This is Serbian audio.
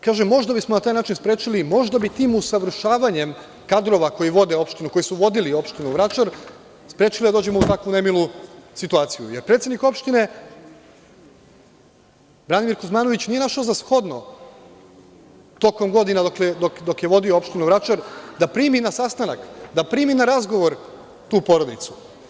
Kažem, možda bismo na taj način sprečili, možda bi tim usavršavanjem kadrova koji su vodili opštinu Vračar sprečili da dođemo u tako nemilu situaciju, jer predsednik opštine Branimir Kuzmanović nije našao za shodno tokom godina, dok je vodio opštinu Vračar, da primi na sastanak, da primi na razgovor tu porodicu.